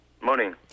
Morning